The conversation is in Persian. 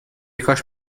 کاش